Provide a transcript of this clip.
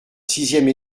sixième